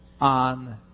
on